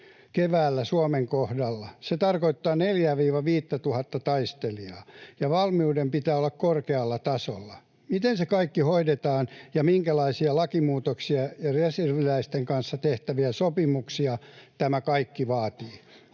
keväällä. Suomen kohdalla se tarkoittaa 4 000—5 000:ta taistelijaa, ja valmiuden pitää olla korkealla tasolla. Miten se kaikki hoidetaan, ja minkälaisia lakimuutoksia ja reserviläisten kanssa tehtäviä sopimuksia tämä kaikki vaatii?